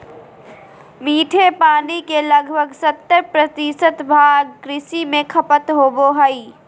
मीठे पानी के लगभग सत्तर प्रतिशत भाग कृषि में खपत होबो हइ